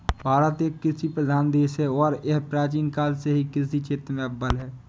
भारत एक कृषि प्रधान देश है और यह प्राचीन काल से ही कृषि क्षेत्र में अव्वल है